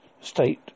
state